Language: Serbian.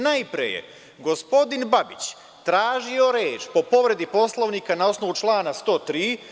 Najpre je gospodin Babić tražio reč po povredi Poslovnika na osnovu člana 103.